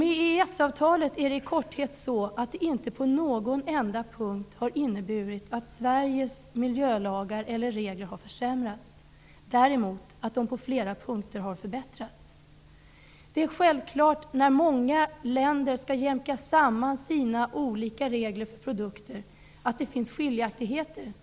EES-avtalet innebär i korthet att Sveriges miljölagar och regler inte på en enda punkt har försämrats. Däremot har de på flera punkter förbättrats. När många länder skall jämka samman sina olika regler och produkter finns det självfallet skiljaktigheter.